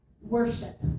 worship